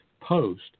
post